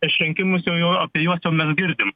prieš rinkimus jau juo apie juos jau mes girdim